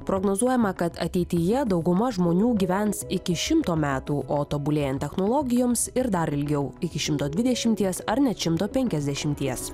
prognozuojama kad ateityje dauguma žmonių gyvens iki šimto metų o tobulėjant technologijoms ir dar ilgiau iki šimto dvidešimties ar net šimto penkiasdešimties